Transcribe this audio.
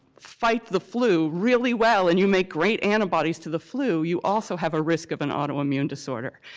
fight the flu really well and you make great antibodies to the flu you also have a risk of an autoimmune disorder.